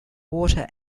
water